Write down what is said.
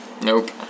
Nope